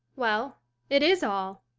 well it is all,